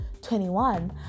21